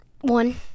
One